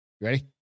ready